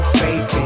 faith